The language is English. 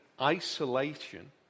isolation